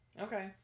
Okay